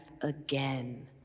again